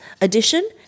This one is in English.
edition